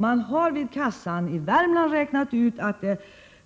Man har vid kassan i Värmland räknat ut att det